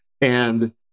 And-